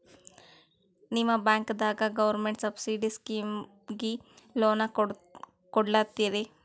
ನಿಮ ಬ್ಯಾಂಕದಾಗ government subsidy ಸ್ಕೀಮಿಗಿ ಲೊನ ಕೊಡ್ಲತ್ತೀರಿ?